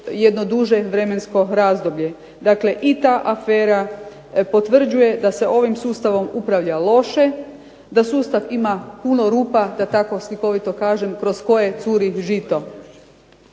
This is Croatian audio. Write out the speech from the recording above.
jedno duže vremensko razdoblje. Dakle, i ta afera potvrđuje da se ovim sustavom upravlja loše, da sustav ima puno rupa, da tako slikovito kažem, kroz koje curi žito.